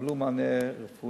שיקבלו מענה רפואי.